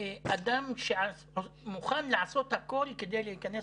אדם שמוכן לעשות הכול כדי להיכנס